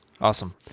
Awesome